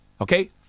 Okay